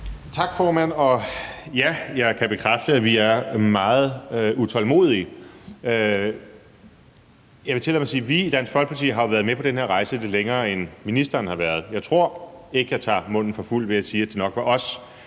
Tak, formand. Og, ja, jeg kan bekræfte, at vi er meget utålmodige. Jeg vil tillade mig at sige, at vi i Dansk Folkeparti jo har været med på den her rejse lidt længere, end ministeren har været. Jeg tror ikke, jeg tager munden for fuld ved at sige, at det nok var os,